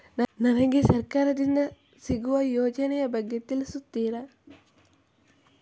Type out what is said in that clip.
ನನಗೆ ಸರ್ಕಾರ ದಿಂದ ಸಿಗುವ ಯೋಜನೆ ಯ ಬಗ್ಗೆ ತಿಳಿಸುತ್ತೀರಾ?